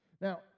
Now